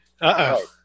Uh-oh